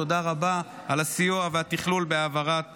תודה רבה על הסיוע ועל התכלול בהעברת החוק.